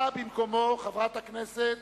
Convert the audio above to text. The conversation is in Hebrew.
באה במקומו חברת הכנסת